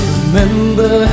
remember